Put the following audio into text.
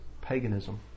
paganism